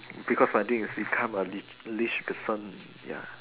because my dream is become a rich person ya